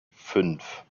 fünf